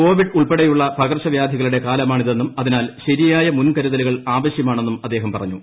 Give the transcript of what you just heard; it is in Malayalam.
കോവിഡ് ഉൾപ്പെടെയുള്ള പകർച്ച വൃാധികളുടെ കാലമാണിതെന്നും അതിനാൽ ശരിയായ മുൻകരുതലുകൾ ആവശ്യമാണെന്നും അദ്ദേഹം പറഞ്ഞു